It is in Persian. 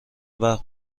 وقت